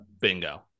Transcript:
Bingo